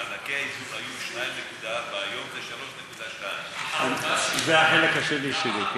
מענקי האיזון היו 2.4 והיום זה 3.2. זה החלק השני שלי.